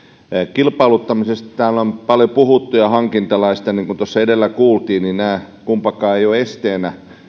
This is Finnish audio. kilpailuttamisesta ja hankintalaista täällä on paljon puhuttu niin kuin tuossa edellä kuultiin kumpikaan näistä ei ole